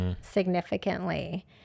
significantly